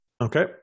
Okay